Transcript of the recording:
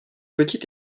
petit